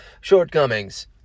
shortcomings